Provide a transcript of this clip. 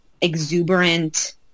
exuberant